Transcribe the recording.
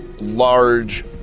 large